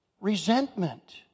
resentment